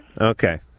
Okay